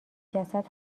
جسد